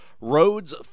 roads